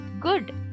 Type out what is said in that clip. good